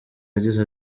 yagize